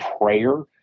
prayer